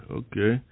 okay